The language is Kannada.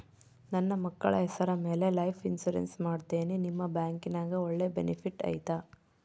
ನನ್ನ ಮಕ್ಕಳ ಹೆಸರ ಮ್ಯಾಲೆ ಲೈಫ್ ಇನ್ಸೂರೆನ್ಸ್ ಮಾಡತೇನಿ ನಿಮ್ಮ ಬ್ಯಾಂಕಿನ್ಯಾಗ ಒಳ್ಳೆ ಬೆನಿಫಿಟ್ ಐತಾ?